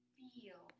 feel